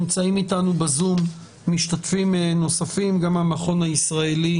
נמצאים אתנו בזום משתתפים נוספים מהמכון הישראלי